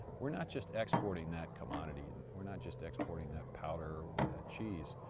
we're not just exporting that commodity, and we're not just exporting that powder or that cheese,